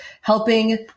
helping